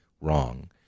wrong